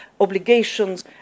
obligations